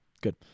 Good